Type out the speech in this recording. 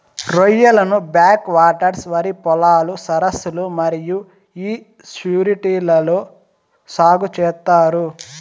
రొయ్యలను back waters, వరి పొలాలు, సరస్సులు మరియు ఈస్ట్యూరీలలో సాగు చేత్తారు